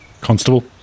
constable